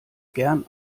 gern